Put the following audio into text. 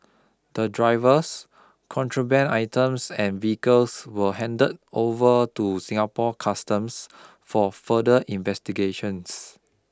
the drivers contraband items and vehicles were handed over to Singapore Customs for further investigations